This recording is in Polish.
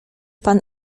pan